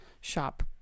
shop